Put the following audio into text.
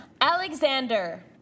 Alexander